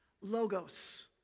logos